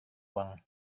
uang